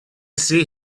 see